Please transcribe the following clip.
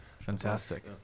Fantastic